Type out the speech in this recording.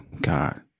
God